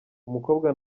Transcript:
umukobwa